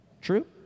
True